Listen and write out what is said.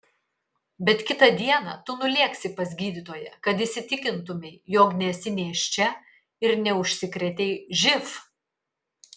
bet kitą dieną tu nulėksi pas gydytoją kad įsitikintumei jog nesi nėščia ir neužsikrėtei živ